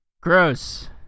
Gross